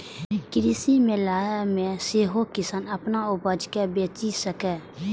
कृषि मेला मे सेहो किसान अपन उपज कें बेचि सकैए